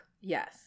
Yes